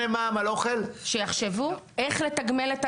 שיחשבו איך לתגמל.